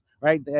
right